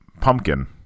pumpkin